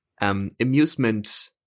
amusement